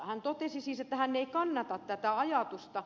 hän totesi siis että hän ei kannata tätä ajatusta